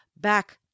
back